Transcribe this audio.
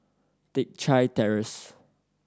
Teck Chye Terrace